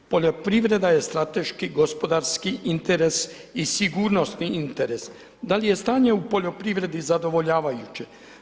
Poljoprivreda je strateški gospodarski interes i sigurnosni interes, da li je stanje u poljoprivredi zadovoljavajuće?